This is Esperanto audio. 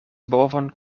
bovon